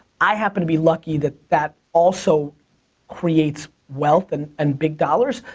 i happen to be lucky that that also creates wealth and and big dollars,